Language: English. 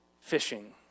Fishing